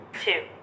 Two